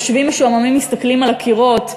יושבים משועממים ומסתכלים על הקירות.